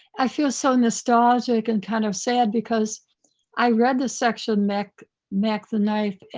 i feel so nostalgic and kind of sad because i read the section, mack mack the knife,